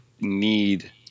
need